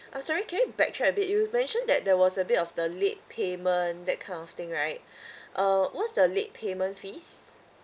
uh sorry can you backtrack a bit you mentioned that there was a bit of the late payment that kind of thing right uh what's the late payment fees